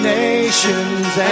nations